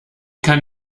kann